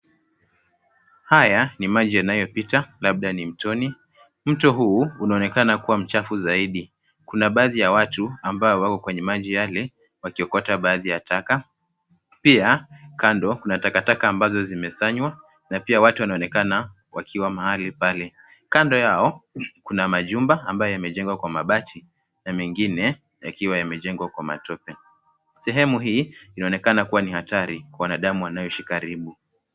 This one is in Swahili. Haya ni maji yanayopita, labda ni mtoni. Mto huu inaonekana kuwa mchafu zaidi. Kuna baadhi ya watu ambao wako kwenye maji yale wakiokota baadhi ya taka, pia kando kuna takataka ambazo zimesanywa na pia watu wanaonekana wakiwa mahali pale. Kando yao kuna majumba ambayo imejengwa kwa mabati na mengine yakiwa yamejengwa kwa matope. Sehemu hii inaonekana kuwa ni hatari kwa binadamu wanaoishi karibu.